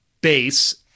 base